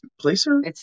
Placer